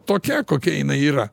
tokia kokia jinai yra